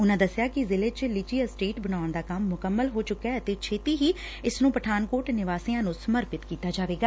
ਉਨੂਾ ਦਸਿਆ ਕਿ ਜ਼ਿਲ੍ਹੇ ਚ ਲੀਚੀ ਅਸਟੇਸ ਬਣਾਉਣ ਦਾ ਕੰਮ ਮੁਕੰਮਲ ਹੈ ਚੁੱਕੈ ਅਤੇ ਛੇਤੀ ਹੀ ਇਸ ਨੂੰ ਪਠਾਨਕੋਟ ਨਿਵਾਸੀਆਂ ਨੂੰ ਸਮਰਪਿਤ ਕੀਤਾ ਜਾਵੇਗਾ